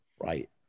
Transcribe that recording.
right